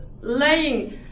laying